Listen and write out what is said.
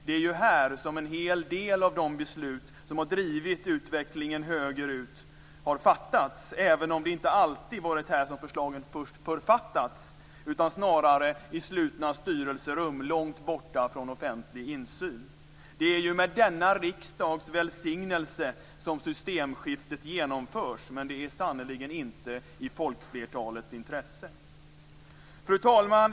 Det är här som en del av de beslut som har drivit utvecklingen höger ut har fattats, även om det inte alltid har varit här som förslagen först författats, utan snarare i slutna styrelserum långt borta från offentlig insyn. Det är ju med denna riksdags välsignelse som systemskiftet genomförs, men det är sannerligen inte i folkflertalets intresse. Fru talman!